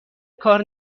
کار